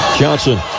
Johnson